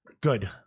good